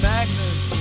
Magnus